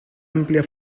amplia